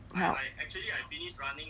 how